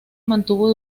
mantuvo